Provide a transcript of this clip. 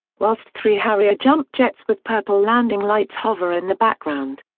whilst three harrier jump jets with purple landing lights hover in the background.